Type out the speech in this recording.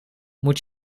moet